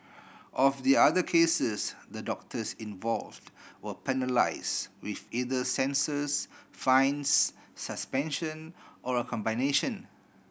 of the other cases the doctors involved were penalise with either censures fines suspension or a combination